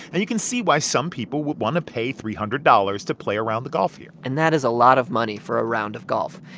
and you can see why some people would want to pay three hundred dollars to play a round of golf here and that is a lot of money for a round of golf,